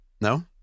no